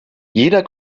jeder